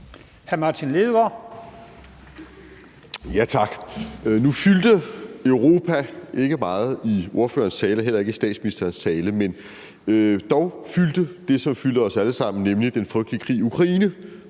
Martin Lidegaard (RV): Tak. Nu fyldte Europa ikke meget i ordførerens tale og heller ikke i statsministerens tale, men dog fyldte det, som fylder os alle sammen, nemlig den frygtelige krig i Ukraine,